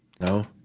No